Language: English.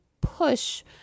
push